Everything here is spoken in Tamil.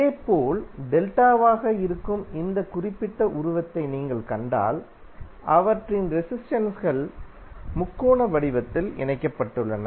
இதேபோல் டெல்டாவாக இருக்கும் இந்த குறிப்பிட்ட உருவத்தை நீங்கள் கண்டால் அவற்றின் ரெசிஸ்டென்ஸ்கள் முக்கோண வடிவத்தில் இணைக்கப்பட்டுள்ளன